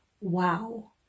Wow